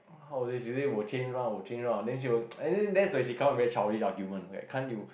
how to say she say I will change one I will change one that's when she come up very childish argument like can't you